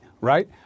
right